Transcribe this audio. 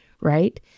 right